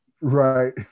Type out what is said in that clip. Right